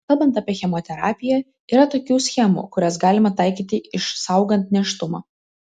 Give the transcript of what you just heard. kalbant apie chemoterapiją yra tokių schemų kurias galima taikyti išsaugant nėštumą